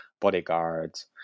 bodyguards